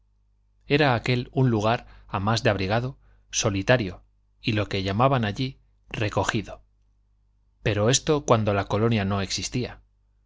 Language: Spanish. era aquel un lugar a más de abrigado solitario y lo que llamaban allí recogido pero esto cuando la colonia no existía